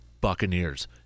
Buccaneers